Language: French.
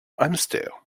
hamster